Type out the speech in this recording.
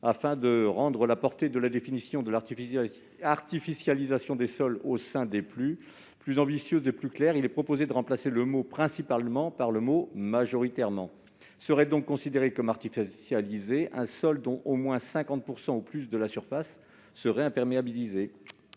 Afin de rendre la portée de la définition de l'artificialisation des sols au sein des PLU plus ambitieuse et plus claire, il est proposé de remplacer le mot « principalement » par le mot « majoritairement ». Serait donc considéré comme artificialisé un sol dont au moins 50 % de la surface serait imperméabilisée.